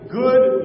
good